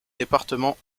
départements